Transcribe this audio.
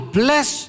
bless